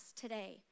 today